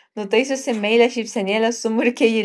nutaisiusi meilią šypsenėlę sumurkė ji